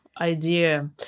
idea